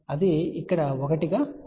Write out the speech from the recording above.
అది ఇక్కడ 1 గా వస్తుంది